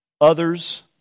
others